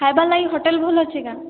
ଖାଇବାର୍ ଲାଗି ହୋଟେଲ ଭଲ ଅଛି କାଁ